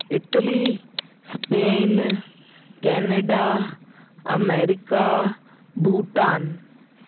Italy Spain Canada America Bhutan